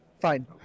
Fine